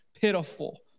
pitiful